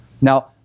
Now